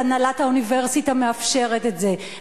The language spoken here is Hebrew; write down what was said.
אז הנהלת האוניברסיטה מאפשרת את זה,